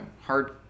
hard